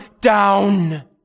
down